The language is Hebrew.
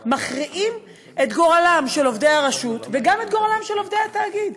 מכריעים את גורלם של עובדי הרשות וגם את גורלם של עובדי התאגיד.